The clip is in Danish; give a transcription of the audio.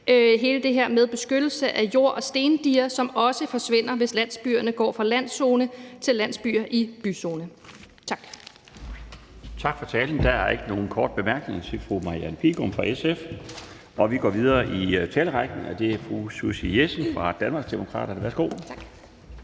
hele det her med beskyttelsen af jord- og stendiger, som også forsvinder, hvis landsbyerne går fra landzone til landsbyer i byzone. Tak. Kl. 14:17 Den fg. formand (Bjarne Laustsen): Tak for talen. Der er ikke nogen korte bemærkninger til fru Marianne Bigum fra SF. Vi går videre i talerækken, og det er fru Susie Jessen fra Danmarksdemokraterne. Værsgo. Kl.